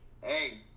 Hey